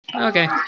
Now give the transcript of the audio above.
Okay